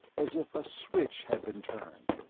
as if a switch had been turned.